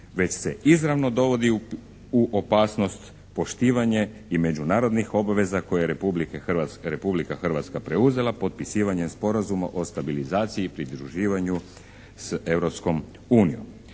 već se izravno dovodi u opasnost poštivanje i međunarodnih obveza koje Republika Hrvatska preuzela potpisivanjem Sporazuma o stabilizaciji i pridruživanju s